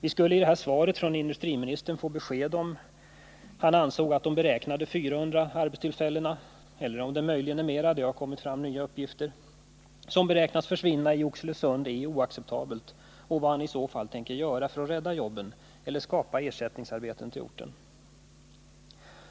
Vi skulle i det här svaret från industriministern få besked om huruvida han ansåg det oacceptabelt att de 400 arbetstillfällen — eller om det möjligen är flera; det har kommit fram nya uppgifter — beräknas försvinna i Oxelösund och vad han i så fall tänker göra för att rädda jobben eller skapa ersättningsarbeten till orten.